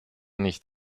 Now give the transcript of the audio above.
nicht